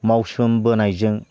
मावसोम बोनायजों